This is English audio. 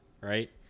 right